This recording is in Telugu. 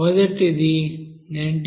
మొదటిది 19